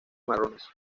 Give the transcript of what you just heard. marrones